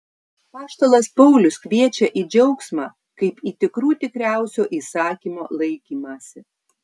apaštalas paulius kviečia į džiaugsmą kaip į tikrų tikriausio įsakymo laikymąsi